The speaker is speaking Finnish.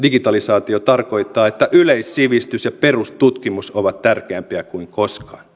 digitalisaatio tarkoittaa että yleissivistys ja perustutkimus ovat tärkeämpiä kuin koskaan